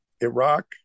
Iraq